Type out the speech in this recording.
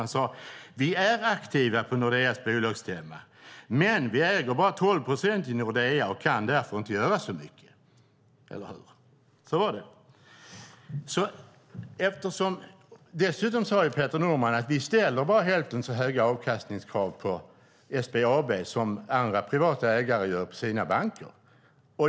Han sade: Vi är aktiva på Nordeas bolagsstämma, men vi äger bara 12 procent i Nordea och kan därför inte göra så mycket. Så var det. Dessutom sade Peter Norman: Vi ställer bara hälften så höga avkastningskrav på SBAB som privata ägare gör på sina banker.